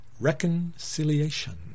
reconciliation